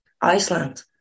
Iceland